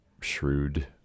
shrewd